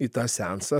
į tą seansą